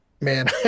man